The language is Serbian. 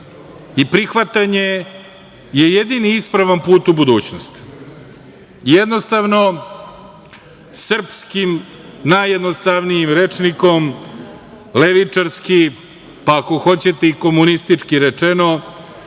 i prihvatanje je jedini ispravan put u budućnost. Jednostavno, srpskim, najednostavnijim rečnikom, levičarski, pa ako hoćete i komunistički rečeno,